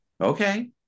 Okay